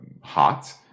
hot